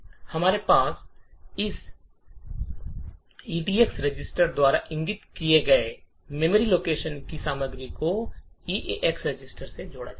हमारे पास EDX register द्वारा इंगित किए गए मेमोरी लोकेशन की सामग्री को ईएक्स रजिस्टर में जोड़ा जाना है